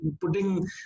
putting